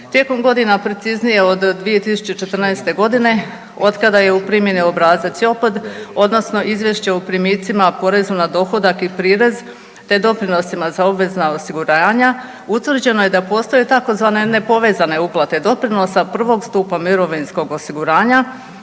Tijekom godina preciznije od 2014. godine od kada je u primjeni obrazac JOPPD odnosno izvješće o primicima, porezu na dohodak i prirez te doprinosima za obvezna osiguranja utvrđeno je da postoje tzv. nepovezane uplate doprinosa prvog stupa mirovinskog osiguranja